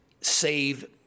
save